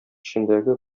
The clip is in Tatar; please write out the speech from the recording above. эчендәге